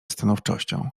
stanowczością